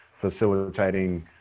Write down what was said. facilitating